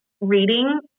reading